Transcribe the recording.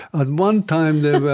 at one time, they